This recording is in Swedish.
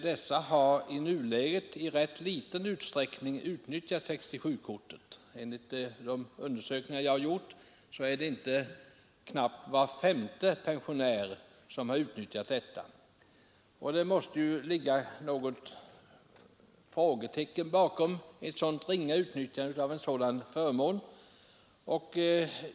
Dessa har i nuläget inte i någon större utsträckning utnyttjat 67-kortet. Enligt de undersökningar jag har gjort är det knappt var femte pensionär som har utnyttjat detta. Man måste ju sätta ett frågetecken inför ett så ringa utnyttjande av en dylik förmån.